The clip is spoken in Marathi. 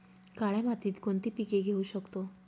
काळ्या मातीत कोणती पिके घेऊ शकतो?